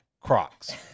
Crocs